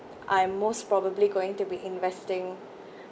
I most probably going to be investing